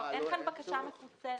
אין כאן בקשה מפוצלת.